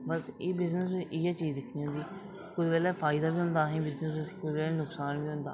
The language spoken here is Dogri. बस एह् बिजनेस बी इ'यै चीज दिक्खनी होंदी कुसै बेल्लै फायदा बी होंदा असें ई बिजनेस च कुसै बेल्लै नुकसान बी होंदा